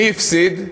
מי הפסיד?